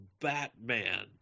batman